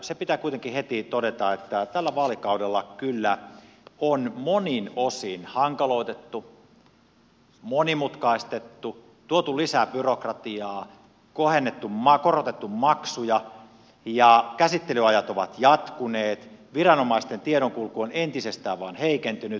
se pitää kuitenkin heti todeta että tällä vaalikaudella kyllä on monin osin hankaloitettu monimutkaistettu tuotu lisää byrokratiaa korotettu maksuja ja käsittelyajat ovat jatkuneet viranomaisten tiedonkulku on entisestään vain heikentynyt